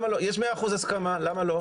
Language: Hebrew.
יש 100 אחוזים הסכמה, א למה לא?